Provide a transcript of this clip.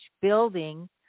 building